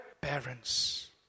parents